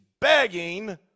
begging